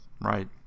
right